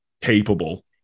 capable